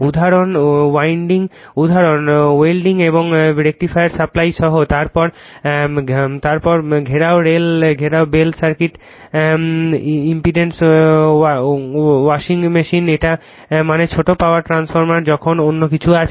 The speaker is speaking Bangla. উদাহরণ ওয়েল্ডিং এবং রেকটিফায়ার সাপ্লাই সহ তারপর ঘরোয়া bell circuit imported washing machine এটা মানে ছোট পাওয়ার ট্রান্সফরমারের জন্য অনেক কিছু আছে